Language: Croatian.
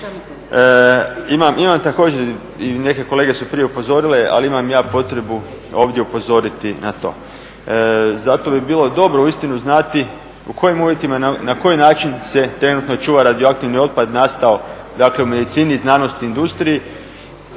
Imam također, i neke kolege prije su upozorile, ali imam ja potrebu ovdje upozoriti na to. Zato bi bilo dobro uistinu znati u kojima uvjetima i na koji način se trenutno čuva radioaktivni otpad nastao dakle u medicini, znanosti, industriji